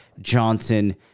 Johnson